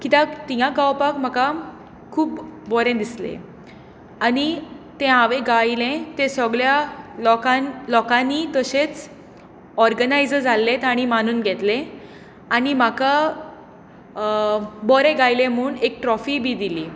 किद्याक थिंगां गावपाक म्हाका खूब बोरें दिसलें आनी तें हांवें गायलें तें सगल्या लोकान लोकांनी तशेंच ऑर्गनायजर्स आसले तांणी मानून घेतलें आनी म्हाका बरें गायलें म्हूण एक ट्रॉफीय बी दिली